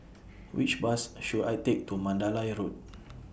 Which Bus should I Take to Mandalay Road